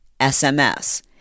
SMS